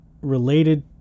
related